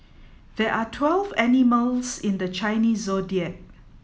there are twelve animals in the Chinese Zodiac